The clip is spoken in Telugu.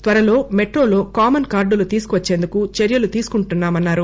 త్వరలో మెట్రోలో కామస్ కార్డులు తీసుకోచ్చేందుకు చర్యలు తీసుకుంటున్నా మన్నారు